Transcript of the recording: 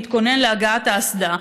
להתכונן להגעת האסדה,